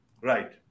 Right